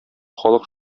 халык